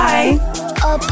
Bye